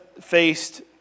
faced